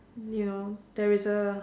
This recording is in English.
you know there is a